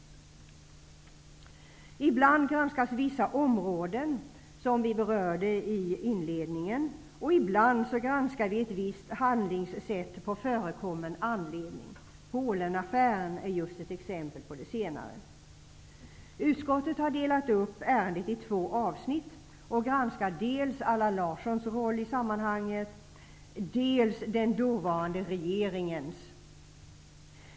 Ibland granskas vissa områden, som vi berörde i inledningen, och ibland granskar vi ett visst handlingssätt på förekommen anledning. Polenaffären är just ett exempel på det senare. Utskottet har delat upp ärendet i två avsnitt. Vi har granskat dels Allan Larssons roll i sammanhanget, dels den dåvarande regeringens.